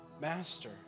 Master